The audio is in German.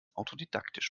autodidaktisch